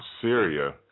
Syria